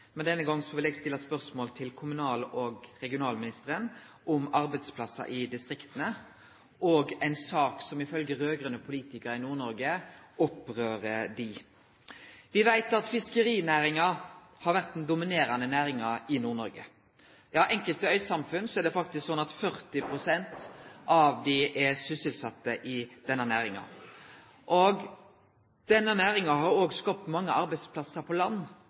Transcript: men denne gongen vil eg stille spørsmål til kommunal- og regionalministeren om arbeidsplassar i distrikta. Det gjeld ei sak som gjer dei raud-grøne politikarane i Nord-Noreg opprørde. Me veit at fiskerinæringa har vore den dominerande næringa i Nord-Noreg. I enkelte øysamfunn er det faktisk slik at 40 pst. av befolkninga er sysselsette i denne næringa. Næringa har òg skapt mange arbeidsplassar på land;